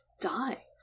die